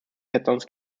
patterns